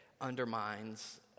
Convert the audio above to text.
undermines